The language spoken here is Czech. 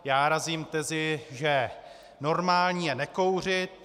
Já razím tezi, že normální je nekouřit.